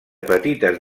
petites